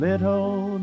Little